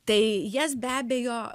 tai jas be abejo